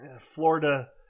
Florida